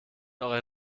eurer